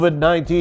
COVID-19